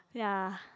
ya